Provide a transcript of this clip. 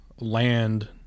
land